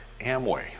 Amway